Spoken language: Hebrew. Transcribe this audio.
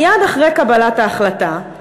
מייד אחרי קבלת ההחלטה,